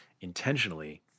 intentionally